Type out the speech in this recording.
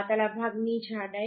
પાતળા ભાગની જાડાઈ